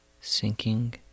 sinking